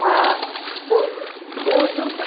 हँ ओ ओ दू सए